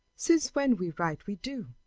since when we write we do,